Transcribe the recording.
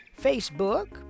Facebook